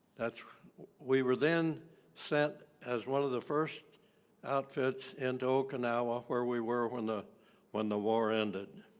that's we were then sent as one of the first outfits into okinawa where we were when the when the war ended